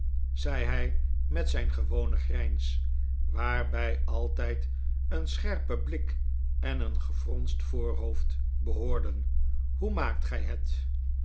zei hij met zijn gewone grijns waarbij altijd een scherpe blik en een gefronst voorhoofd behoorden hoe maakt gij het